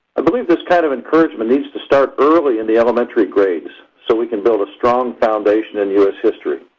i believe this kind of encouragement needs to start early in the elementary grades so we can build a strong foundation in u s. history.